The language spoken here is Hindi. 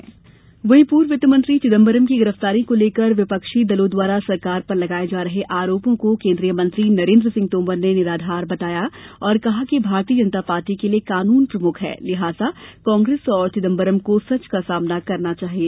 तोमर पूर्व वित्त मंत्री पी चिदम्बरम की गिरफ्तारी को लेकर विपक्षी दलों द्वारा सरकार पर लगाये जा रहे आरोपों को केन्द्रीय मंत्री नरेन्द्र सिंह तोमर ने निराधार बताया और कहा कि भारतीय जनता पार्टी के लिए कानून प्रमुख है लिहाजा कांग्रेस और चिदम्बरम को सच का सामना करना चाहिये